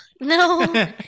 no